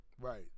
right